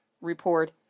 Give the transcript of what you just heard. Report